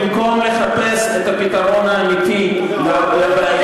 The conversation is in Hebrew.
במקום לחפש את הפתרון האמיתי לבעיות האמיתיות.